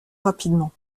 rapidement